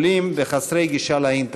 בעולים ובחסרי גישה לאינטרנט.